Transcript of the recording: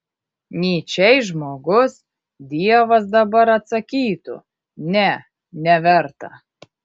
nyčei žmogus dievas dabar atsakytų ne neverta